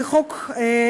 לפי חוק,